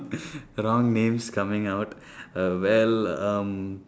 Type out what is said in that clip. wrong names coming out uh well um